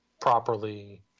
properly